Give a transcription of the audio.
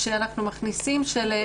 שלום.